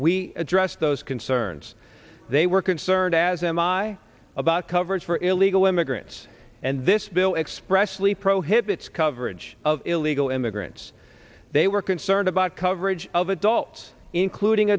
we address those concerns they were concerned as am i about coverage for illegal immigrants and this bill expressly prohibits coverage of illegal immigrants they were concerned about coverage of adults including